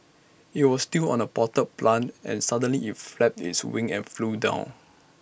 IT was still on A potted plant and suddenly IT flapped its wings and flew down